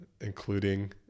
including